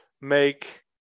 make